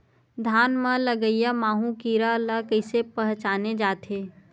धान म लगईया माहु कीरा ल कइसे पहचाने जाथे?